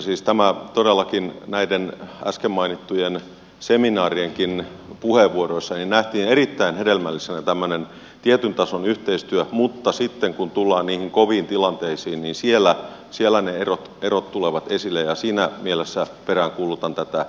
todellakin näiden äsken mainittujen seminaarienkin puheenvuoroissa nähtiin erittäin hedelmällisenä tämmöinen tietyn tason yhteistyö mutta sitten kun tullaan niihin koviin tilanteisiin niin siellä ne erot tulevat esille ja siinä mielessä peräänkuulutan realismia